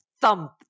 thump